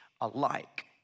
alike